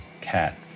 cat